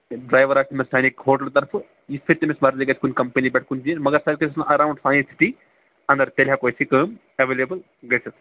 تہٕ ڈرٛایوَر آسہِ أمِس سانی ہوٹلہٕ طرفہٕ یِتھٕ پٲٹھۍ تٔمِس مَرضی گَژھِ کُنہِ کَمپٕنی پیٚٮ۪ٹھ کُنہِ تہِ مگر سُہ گژھِ آسُن اَراوُنٛڈ پَنٕنۍ سِٹی اَنٛدَر تیٚلہِ ہیٚکو أسۍ یہِ کٲم ایٚویلیبٕل گٔژھِتھ